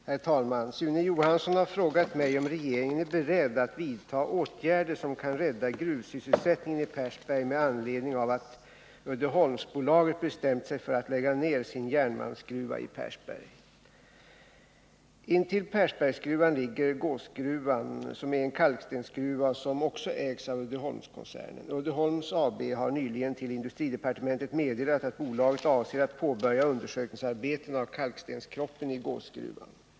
301, och anförde: Herr talman! Sune Johansson har frågat mig om regeringen är beredd att vidta åtgärder som kan rädda gruvsysselsättningen i Persberg med anledning av att Uddeholmsbolaget bestämt sig för att lägga ner sin järnmalmsgruva i Persberg. Intill Persbergsgruvan ligger Gåsgruvan, som är en kalkstensgruva och som också ägs av Uddeholmskoncernen. Uddeholms AB har nyligen till industridepartementet meddelat att bolaget avser att påbörja undersök 65 att rädda gruvsysselsättningen i Persberg ningsarbeten av kalkstenskroppen i Gåsgruvan.